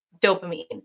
dopamine